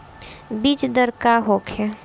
बीजदर का होखे?